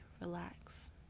relax